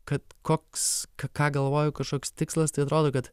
kad koks ką galvoju kažkoks tikslas tai atrodo kad